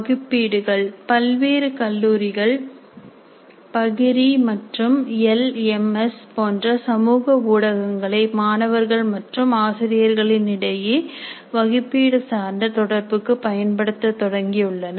வகுப்பீடுகள் பல்வேறு கல்லூரிகள் பகிரி மற்றும் எல் எம் எஸ் போன்ற சமூக ஊடகங்களை மாணவர்கள் மற்றும் ஆசிரியர்களின் இடையே வகுப்பீடு சார்ந்த தொடர்புக்கு பயன்படுத்த தொடங்கியுள்ளனர்